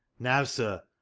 now, sir,